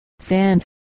sand